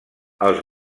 els